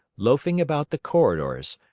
loafing about the corridors,